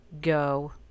go